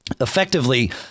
Effectively